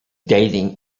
dating